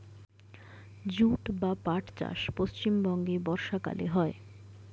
jute বা পাট চাষ পশ্চিমবঙ্গে বর্ষাকালে হয়